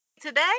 today